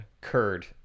curd